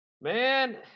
man